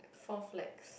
four flags